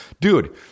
Dude